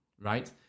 right